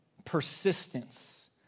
Persistence